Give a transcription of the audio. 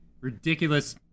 ridiculous